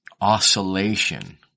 oscillation